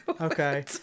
Okay